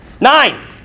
Nine